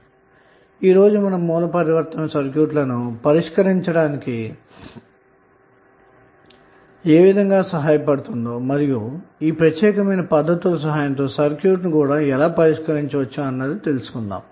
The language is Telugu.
అలాగే ఈ రోజు మనం సోర్స్ ట్రాన్సఫార్మషన్ ఉపయోగించి సర్క్యూట్ లను ఎలా పరిష్కరించవచ్చో తెలుసుకొందాము